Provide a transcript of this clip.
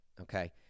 Okay